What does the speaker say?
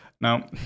now